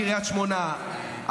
קריית שמונה,